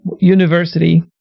university